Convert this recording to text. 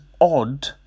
odd